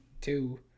two